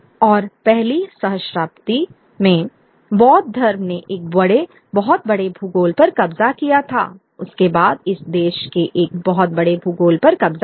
और पहली सहस्राब्दी में बौद्ध धर्म ने एक बहुत बड़े भूगोल पर कब्जा किया था उसके बाद इस देश के एक बहुत बड़े भूगोल पर कब्जा किया